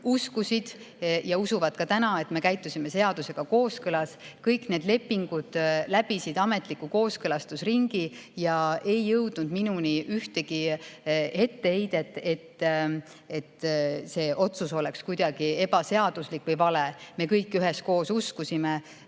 uskusid ja usuvad ka täna, et me käitusime seadusega kooskõlas. Kõik need lepingud läbisid ametliku kooskõlastusringi ja ei jõudnud minuni ühtegi etteheidet, et see otsus oleks kuidagi ebaseaduslik või vale. Me kõik üheskoos uskusime